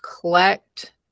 collect